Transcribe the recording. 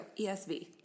ESV